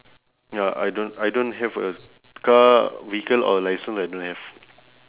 ya I don't I don't have a car vehicle or license I don't have